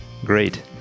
Great